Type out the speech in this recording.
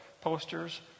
posters